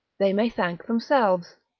they may thank themselves.